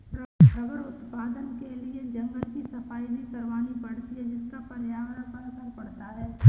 rubber उत्पादन के लिए जंगल की सफाई भी करवानी पड़ती है जिसका पर्यावरण पर असर पड़ता है